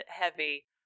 heavy